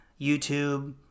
YouTube